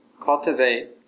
cultivate